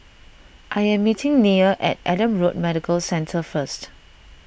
I am meeting Neal at Adam Road Medical Centre first